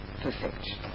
perfection